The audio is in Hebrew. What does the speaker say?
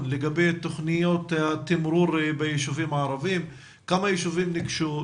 לגבי תוכניות התמרור ביישובים הערבים: כמה יישובים ניגשו,